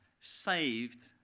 saved